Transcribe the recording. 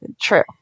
True